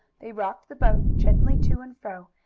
they rocked the boat gently to and fro,